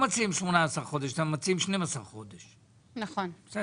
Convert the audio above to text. אני רק